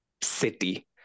City